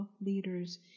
leaders